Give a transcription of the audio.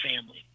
family